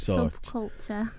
Subculture